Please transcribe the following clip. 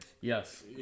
Yes